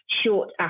short